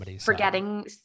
forgetting